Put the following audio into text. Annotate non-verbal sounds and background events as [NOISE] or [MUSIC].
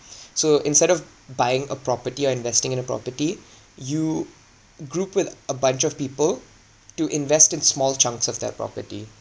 [BREATH] so instead of buying a property or investing in a property you group with a bunch of people to invest in small chunks of that property